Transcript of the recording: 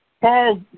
Paul